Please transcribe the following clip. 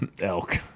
elk